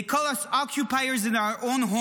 They call us occupiers in our homeland.